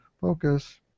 Focus